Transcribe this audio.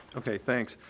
okay, thanks.